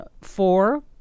four